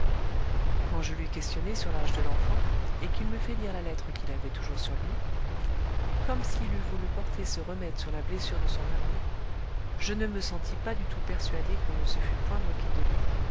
quand je l'eus questionné sur l'âge de l'enfant et qu'il m'eut fait lire la lettre qu'il avait toujours sur lui comme s'il eût voulu porter ce remède sur la blessure de son amour je ne me sentis pas du tout persuadé qu'on ne se fût point moqué de lui